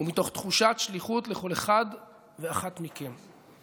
ומתוך תחושת שליחות לכל אחד ואחת מכם.